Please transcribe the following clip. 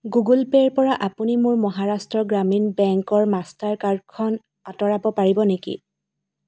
Google পে'ৰ পৰা আপুনি মোৰ মহাৰাষ্ট্ৰ গ্ৰামীণ বেংকৰ মাষ্টাৰ কাৰ্ডখন আঁতৰাব পাৰিব নেকি